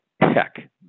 Tech